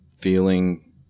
feeling